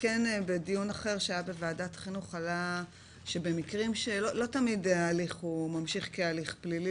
בדיון אחר שהתקיים בוועדת החינוך עלה שלא תמיד ההליך ממשיך כהליך פלילי,